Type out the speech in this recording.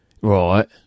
right